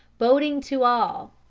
boding to all.